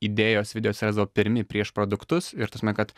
idėjos video atsirasdavo pirmi prieš produktus ir ta prasme kad